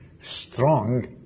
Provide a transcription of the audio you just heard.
strong